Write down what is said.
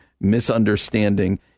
misunderstanding